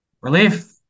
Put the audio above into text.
Relief